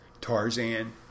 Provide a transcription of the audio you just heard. Tarzan